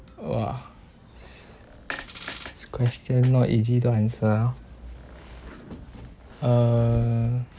!wah! this question not easy to answer orh uh